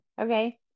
Okay